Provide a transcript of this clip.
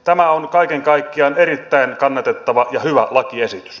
tämä on kaiken kaikkiaan erittäin kannatettava ja hyvä lakiesitys